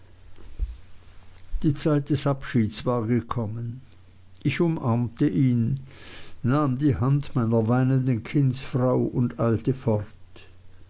die zeit des abschieds war gekommen ich umarmte ihn nahm die hand meiner weinenden kindsfrau und eilte fort